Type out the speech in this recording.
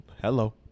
Hello